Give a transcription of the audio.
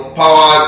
power